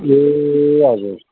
ए हजुर